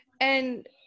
And-